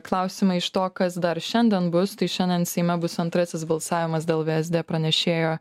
klausimai iš to kas dar šiandien bus tai šiandien seime bus antrasis balsavimas dėl vsd pranešėjo